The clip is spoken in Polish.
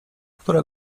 która